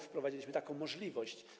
Wprowadziliśmy taką możliwość.